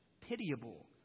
pitiable